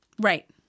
Right